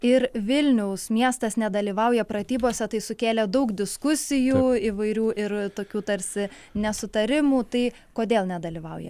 ir vilniaus miestas nedalyvauja pratybose tai sukėlė daug diskusijų įvairių ir tokių tarsi nesutarimų tai kodėl nedalyvauja